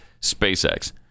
SpaceX